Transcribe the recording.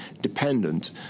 dependent